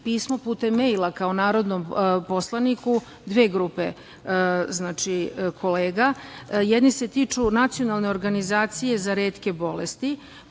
pismo putem mejla, kao narodnom poslaniku dve grupe kolega. Jedni se tiču Nacionalne organizacije za retke bolesti,